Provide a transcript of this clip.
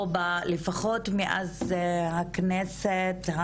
או לפחות מאז הכנסת,